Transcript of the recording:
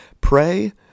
Pray